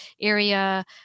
area